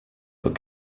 but